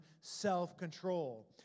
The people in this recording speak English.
self-control